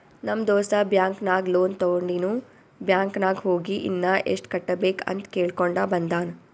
ನಮ್ ದೋಸ್ತ ಬ್ಯಾಂಕ್ ನಾಗ್ ಲೋನ್ ತೊಂಡಿನು ಬ್ಯಾಂಕ್ ನಾಗ್ ಹೋಗಿ ಇನ್ನಾ ಎಸ್ಟ್ ಕಟ್ಟಬೇಕ್ ಅಂತ್ ಕೇಳ್ಕೊಂಡ ಬಂದಾನ್